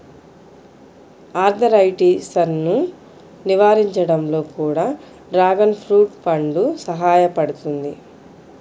ఆర్థరైటిసన్ను నివారించడంలో కూడా డ్రాగన్ ఫ్రూట్ పండు సహాయపడుతుంది